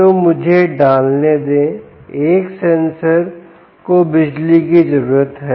तो मुझे डालने दे एक सेंसर एक सेंसर को बिजली की जरूरत है